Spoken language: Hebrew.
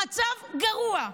המצב גרוע.